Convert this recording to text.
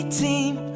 team